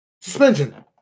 Suspension